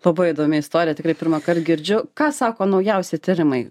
labai įdomi istorija tikrai pirmąkart girdžiu ką sako naujausi tyrimai